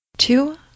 Two